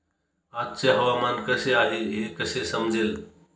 आजचे हवामान कसे आहे हे कसे समजेल?